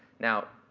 now,